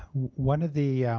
one of the